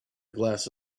glass